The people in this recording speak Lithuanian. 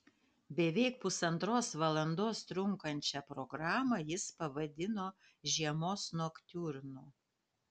beveik pusantros valandos trunkančią programą jis pavadino žiemos noktiurnu